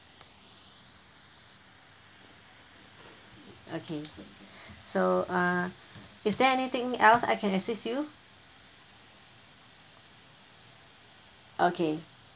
okay can so uh is there anything else I can assist you okay